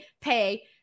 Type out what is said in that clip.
pay